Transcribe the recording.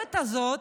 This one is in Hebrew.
המטורפת הזאת,